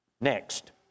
Next